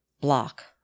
block